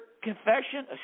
confession